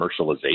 commercialization